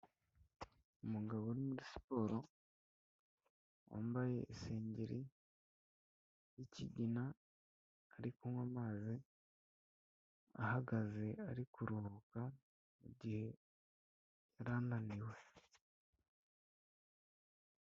Umugabo uri muri siporo wambaye isengeri y'ikigina ari kunywa amazi ahagaze ari kuruhuka mu gihe yari ananiwe.